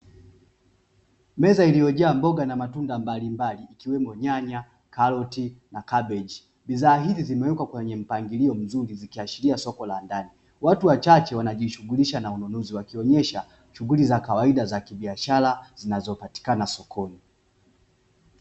Meza iliyojaa mboga na matunda mbali mbali ikiwemo nyanya karoti na kabichi bidhaa hizo zimewekwa kwenye mpangilio mzuri na kuashiria soko la ndani, watu wachache wanajishughulisha na ununuzi wa kionyesha shughuli za kawaida za kibiashara zinazopatikana sokoni.